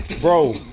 bro